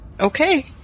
Okay